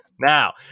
Now